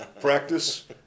Practice